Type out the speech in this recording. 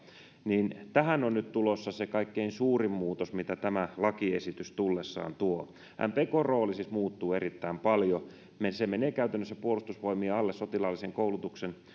niin tähän on nyt tulossa se kaikkein suurin muutos mitä tämä lakiesitys tullessaan tuo mpkn rooli siis muuttuu erittäin paljon se menee käytännössä puolustusvoimien alle sotilaallisen koulutuksen